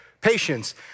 patience